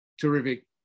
Terrific